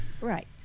right